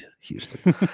Houston